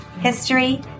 history